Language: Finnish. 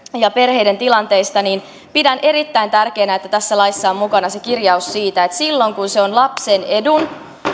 ja perheiden tilanteista niin pidän erittäin tärkeänä että tässä laissa on mukana kirjaus siitä että silloin kun se on lapsen edun